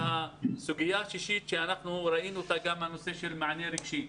הסוגיה הנוספת שאנחנו ראינו אותה היא הנושא של מענה רגשי.